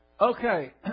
Okay